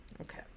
Okay